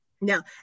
No